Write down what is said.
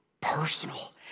personal